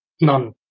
None